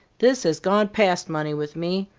this has gone past money with me.